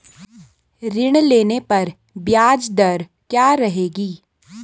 ऋण लेने पर ब्याज दर क्या रहेगी?